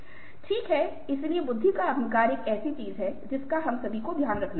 ठीक है इसलिए बुद्धि का अहंकार एक ऐसी चीज है जिसका हम सभी को ध्यान रखना पड़ता है